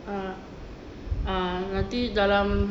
ah ah nanti dalam